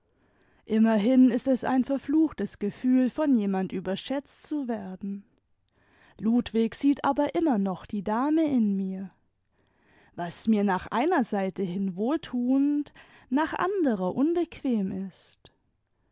immerhin ist es ein verfluchtes gefühl von jemand überschätzt zu werden ludwig sieht aber immer noch die dame in mir was mir nach einer seite hin wohltuend nach anderer unbequem ist